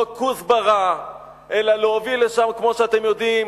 לא כוסברה, אלא להוביל לשם, כמו שאתם יודעים,